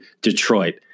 Detroit